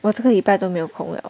我这个礼拜都没有空了